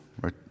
right